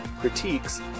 critiques